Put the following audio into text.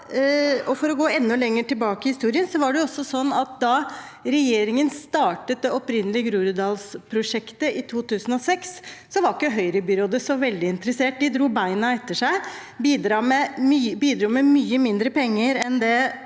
Da regjeringen startet det opprinnelige prosjektet for Groruddalen i 2006, var ikke Høyre-byrådet så veldig interessert. De dro bena etter seg og bidro med mye mindre penger enn det